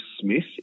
Smith